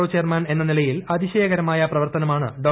O chairman എന്ന നിലയിൽ അതിശയകരമായ പ്രവർത്തനമാണ് ഡോ